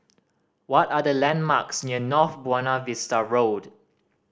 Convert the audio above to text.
what are the landmarks near North Buona Vista Road